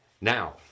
Now